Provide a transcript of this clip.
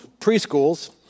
preschools